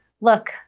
look